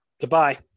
goodbye